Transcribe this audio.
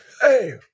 Hey